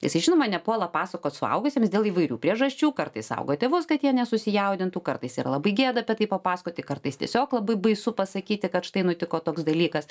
jisai žinoma nepuola pasakot suaugusiems dėl įvairių priežasčių kartais saugo tėvus kad jie nesusijaudintų kartais yra labai gėda apie tai papasakoti kartais tiesiog labai baisu pasakyti kad štai nutiko toks dalykas